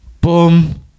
boom